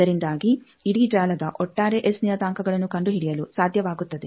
ಇದರಿಂದಾಗಿ ಇಡೀ ಜಾಲದ ಒಟ್ಟಾರೆ ಎಸ್ ನಿಯತಾಂಕಗಳನ್ನು ಕಂಡುಹಿಡಿಯಲು ಸಾಧ್ಯವಾಗುತ್ತದೆ